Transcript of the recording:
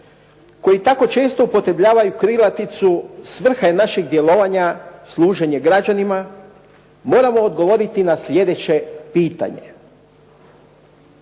koji tako često upotrebljavaju krilaticu svrha je našeg djelovanja služenje građanima, moramo odgovoriti na sljedeće pitanje.